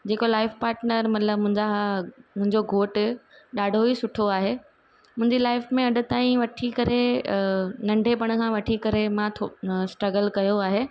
जेको life partner मतिलबु मुंहिंजा मुंहिंजो घोटु ॾाढो ई सुठो आहे मुंहिंजी लाइफ में अॼु ताईं वठी करे नंढपिण खां वठी करे मांं थो न स्ट्रगल कयो आहे